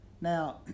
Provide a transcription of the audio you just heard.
Now